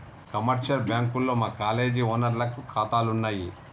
commercial బ్యాంకుల్లో మా college ఓనర్లకి కాతాలున్నయి